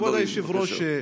כבוד היושב-ראש,